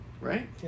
Right